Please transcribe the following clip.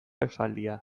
esaldia